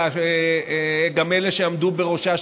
גם אלה שעמדו בראשה,